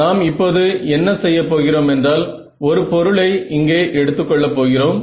நாம் இப்போது என்ன செய்ய போகிறோம் என்றால் ஒரு பொருளை இங்கே எடுத்துக் கொள்ள போகிறோம்